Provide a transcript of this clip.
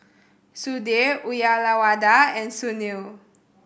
Sudhir Uyyalawada and Sunil